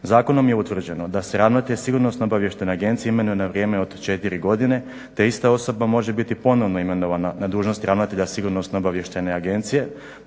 Zakonom je utvrđeno da se ravnatelj sigurnosno-obavještajne agencije imenuje na vrijeme od 4 godine te ista osoba može biti ponovno imenovana na dužnost ravnatelja sigurnosno obavještajne agencije.